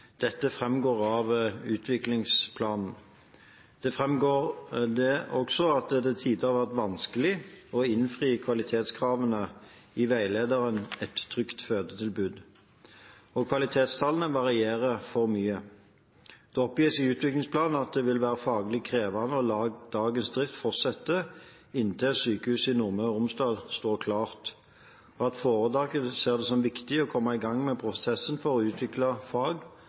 Dette framgår av utviklingsplanen. Der framgår det også at det til tider har vært vanskelig å innfri kvalitetskravene i veilederen Et trygt fødetilbud. Kvalitetstallene varierer for mye. Det oppgis i utviklingsplanen at det vil være faglig krevende å la dagens drift fortsette inntil sykehuset i Nordmøre og Romsdal står klart, og at foretaket ser det som viktig å komme i gang med prosessen for å utvikle fag,